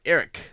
Eric